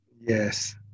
Yes